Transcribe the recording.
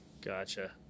Gotcha